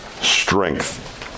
strength